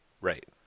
Right